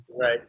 Right